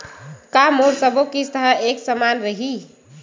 का मोर सबो किस्त ह एक समान रहि?